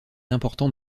important